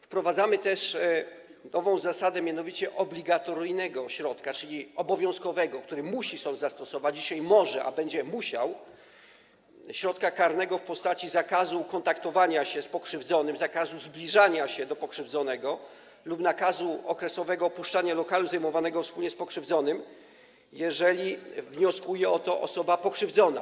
Wprowadzamy też nową zasadę, mianowicie zasadę obligatoryjnego, czyli obowiązkowego, takiego, który sąd musi zastosować - dzisiaj może, a będzie musiał - środka karnego w postaci zakazu kontaktowania się z pokrzywdzonym, zakazu zbliżania się do pokrzywdzonego lub nakazu okresowego opuszczenia lokalu zajmowanego wspólnie z pokrzywdzonym, jeżeli wnioskuje o to osoba pokrzywdzona.